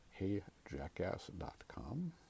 heyjackass.com